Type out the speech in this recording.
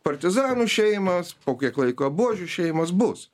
partizanų šeimas po kiek laiko buožių šeimas bus